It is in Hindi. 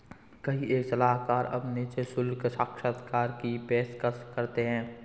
कई कर सलाहकार अब निश्चित शुल्क साक्षात्कार की पेशकश करते हैं